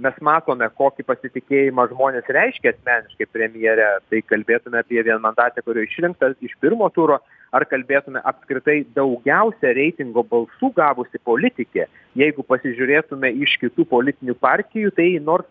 mes matome kokį pasitikėjimą žmonės reiškia asmeniškai premjere tai kalbėtume apie vienmandatę kurioje išrinkta iš pirmo turo ar kalbėtume apskritai daugiausia reitingo balsų gavusi politikė jeigu pasižiūrėtume iš kitų politinių partijų tai nors